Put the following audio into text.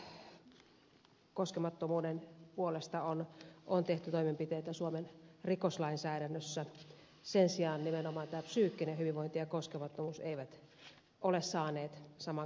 fyysisen koskemattomuuden puolesta on tehty toimenpiteitä suomen rikoslainsäädännössä sen sijaan nimenomaan tämä psyykkinen hyvinvointi ja koskemattomuus eivät ole saaneet saman kaltaista suojaa